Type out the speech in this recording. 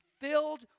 filled